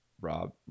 Rob